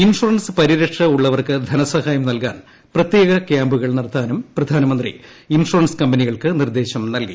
insurance പരിരക്ഷ ഉള്ളവർക്ക് ധനസഹായം നൽകാൻ പ്രത്യേക കൃാമ്പുകൾ നടത്താനും പ്രധാനമന്ത്രി ഇൻഷുറൻസ് കമ്പനികൾക്ക് നിർദ്ദേശം നൽകി